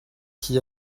qui